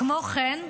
כמו כן,